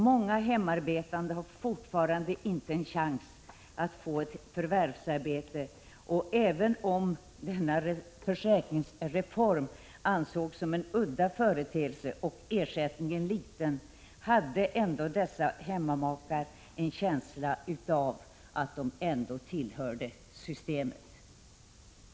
Många hemarbetande har fortfarande inte en chans att få ett förvärvsarbete, och även om denna försäkringsreform ansågs som en udda företeelse och ersättningen var liten hade ändå dessa Prot. 1985/86:130 hemmamakar en känsla av att tillhöra systemet. 29 april 1986 Kammaren beslöt att förhandlingarna skulle fortsättas kl. 19.30. Medqelorde om tue: pellationer